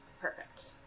Perfect